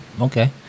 Okay